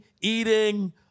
eating